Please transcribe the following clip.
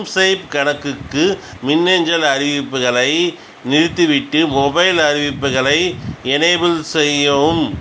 mSwipe கணக்குக்கு மின்னஞ்சல் அறிவிப்புகளை நிறுத்திவிட்டு மொபைல் அறிவிப்புகளை எனேபிள் செய்யவும்